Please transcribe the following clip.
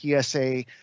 PSA